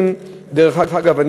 דרך אגב,